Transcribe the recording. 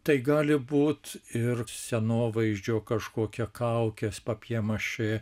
tai gali būt ir scenovaizdžio kažkokia kaukės papjė mašė